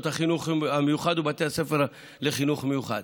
החינוך המיוחד ובבתי הספר לחינוך מיוחד,